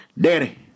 Danny